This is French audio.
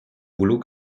boulot